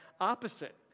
opposite